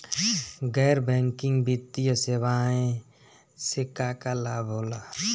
गैर बैंकिंग वित्तीय सेवाएं से का का लाभ होला?